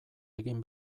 egin